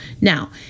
Now